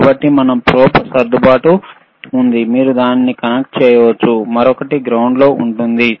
కాబట్టి ఇక్కడ ప్రోబ్ సర్దుబాటు ఉంది మీరు దానికి కనెక్ట్ చేయవచ్చు మరొకటి గ్రౌండ్లో ఉంటుంది